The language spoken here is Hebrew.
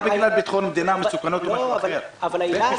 לא בגלל ביטחון המדינה,